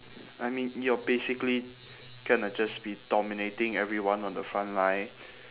I mean you're basically gonna just be dominating everyone on the front line